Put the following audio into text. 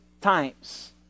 times